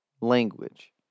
language